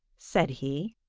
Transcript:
said he,